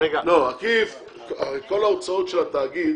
כל ההוצאות של התאגיד